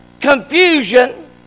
confusion